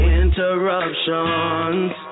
interruptions